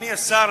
אדוני השר,